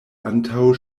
antaŭ